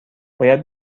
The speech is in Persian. باید